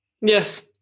yes